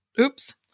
oops